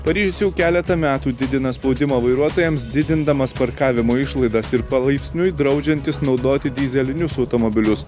paryžius jau keletą metų didina spaudimą vairuotojams didindamas parkavimo išlaidas ir palaipsniui draudžiantis naudoti dyzelinius automobilius